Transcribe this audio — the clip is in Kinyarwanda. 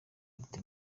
iruta